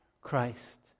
Christ